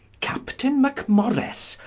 captaine mackmorrice,